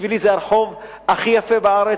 בשבילי זה הרחוב הכי יפה בארץ,